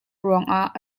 ruangah